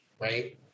Right